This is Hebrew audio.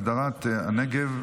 הגדרת הנגב),